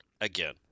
again